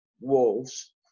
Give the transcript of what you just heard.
wolves